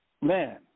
man